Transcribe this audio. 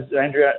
Andrew